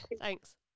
Thanks